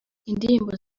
indirimbo